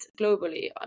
globally